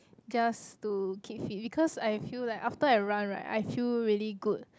just to keep fit because I feel like after I run right I feel really good